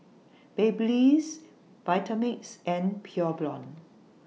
Babyliss Vitamix and Pure Blonde